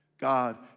God